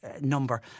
Number